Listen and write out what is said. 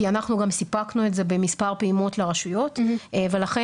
אנחנו גם סיפקנו את זה במספר פעימות לרשויות ולכן